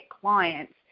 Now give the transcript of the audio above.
clients